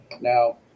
Now